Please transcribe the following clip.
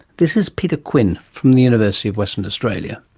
this is peter quinn from the university of western australia.